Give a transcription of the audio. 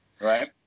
right